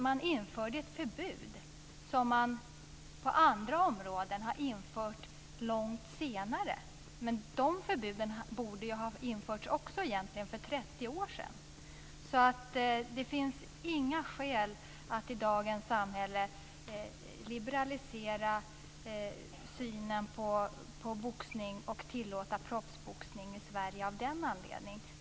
Man införde ett förbud som man på andra områden har infört långt senare. De förbuden borde egentligen också ha införts för 30 år sedan. Det finns inga skäl att i dagens samhälle liberalisera synen på boxning och tillåta proffsboxning i Sverige av den anledningen.